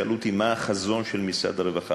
שאלו אותי: מה החזון של משרד הרווחה,